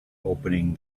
opening